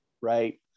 right